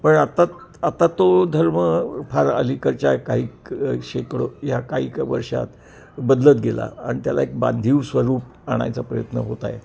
पण आता आता तो धर्म फार अलीकडच्या आहे काही शेकडो ह्या काही एक वर्षात बदलत गेला आणि त्याला एक बांधीव स्वरूप आणायचा प्रयत्न होत आहे